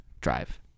Drive